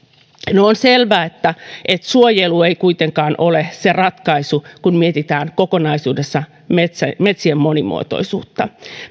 on selvää että että suojelu ei kuitenkaan ole se ratkaisu kun mietitään kokonaisuudessa metsien monimuotoisuutta